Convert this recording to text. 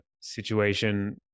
situation